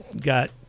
got